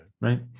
right